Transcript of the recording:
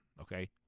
okay